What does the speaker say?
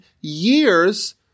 years